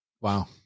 wow